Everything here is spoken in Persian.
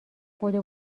بدو